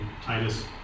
Titus